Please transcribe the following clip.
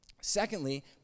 Secondly